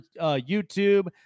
youtube